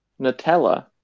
Nutella